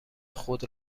خود